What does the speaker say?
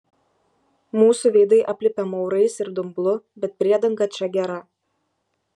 mūsų veidai aplipę maurais ir dumblu bet priedanga čia gera